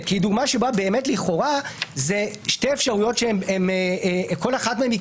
כי היא דוגמה שלכאורה אלה שתי אפשרויות שכל אחת מהן קבילה.